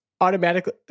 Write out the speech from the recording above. Automatically